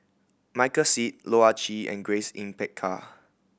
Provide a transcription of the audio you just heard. Michael Seet Loh Ah Chee and Grace Yin Peck Ha